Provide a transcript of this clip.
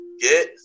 get